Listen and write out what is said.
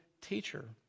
teacher